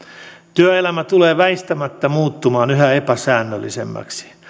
työelämä tulee väistämättä muuttumaan yhä epäsäännöllisemmäksi